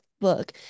book